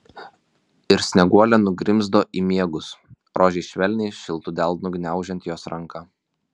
ir snieguolė nugrimzdo į miegus rožei švelniai šiltu delnu gniaužiant jos ranką